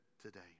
today